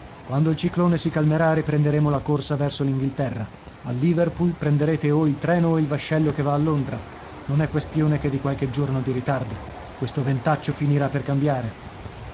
quando il ciclone si calmerà riprenderemo la corsa verso l'inghilterra a liverpool prenderete o il treno o il vascello che va a londra non è questione che di qualche giorno di ritardo questo ventaccio finirà per cambiare